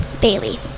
Bailey